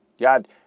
God